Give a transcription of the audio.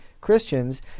Christians